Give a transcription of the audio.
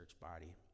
body